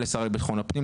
לשר לביטחון הפנים,